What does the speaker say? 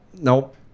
nope